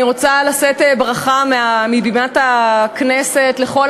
אני רוצה לשאת ברכה מבימת הכנסת לכל